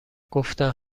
گفتند